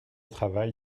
travail